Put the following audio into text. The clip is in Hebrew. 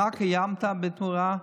מה קיימת בתמורה?